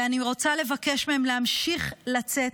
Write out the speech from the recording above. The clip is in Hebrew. ואני רוצה לבקש מהם להמשיך לצאת,